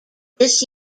this